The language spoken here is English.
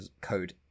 code